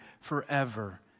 forever